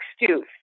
excuse